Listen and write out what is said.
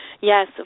Yes